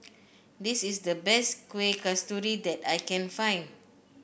this is the best Kueh Kasturi that I can find